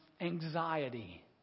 anxiety